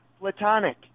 platonic